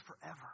forever